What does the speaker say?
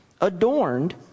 adorned